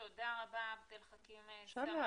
תודה רבה, עבד אלחכים סמארה.